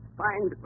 find